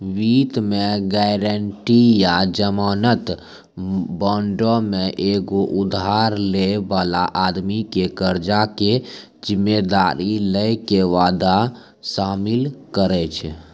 वित्त मे गायरंटी या जमानत बांडो मे एगो उधार लै बाला आदमी के कर्जा के जिम्मेदारी लै के वादा शामिल रहै छै